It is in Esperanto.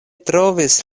trovis